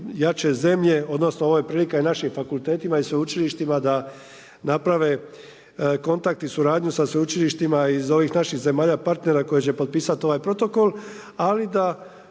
jače zemlje, odnosno, ovo je prilika i našim fakultetima i sveučilištima da naprave kontakt i suradnju sa sveučilištima iz ovih naših zemalja, partnera, koji će potpisati ovaj protokol. Ali da,